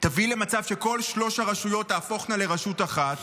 ותביא למצב שכל שלוש הרשויות תהפוכנה לרשות אחת